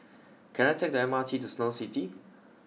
can I take the M R T to Snow City